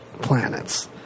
planets